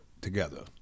together